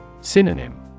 Synonym